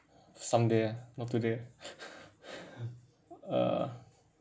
someday ah not today ah uh